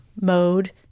mode